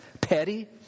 petty